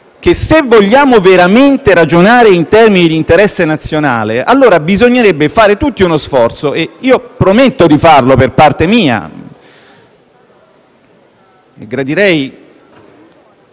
che, se vogliamo veramente ragionare in termini di interesse nazionale, allora bisognerebbe fare tutti uno sforzo, ed io prometto di farlo per parte mia